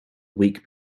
week